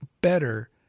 better